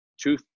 two